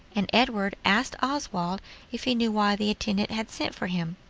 and edward asked oswald if he knew why the intendant had sent for him.